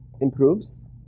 improves